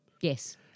Yes